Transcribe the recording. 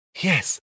Yes